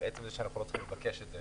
אבל עצם זה שאנחנו לא צריכים לבקש את זה